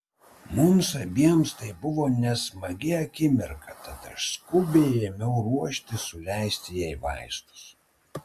mums abiem tai buvo nesmagi akimirka tad aš skubiai ėmiau ruoštis suleisti jai vaistus